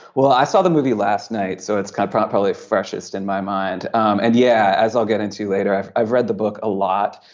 well i saw the movie last night so it's quite properly freshest in my mind. um and yeah as i'll get and to later i've i've read the book a lot